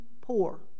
poor